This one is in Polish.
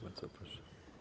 Bardzo proszę.